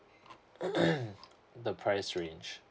mm the price range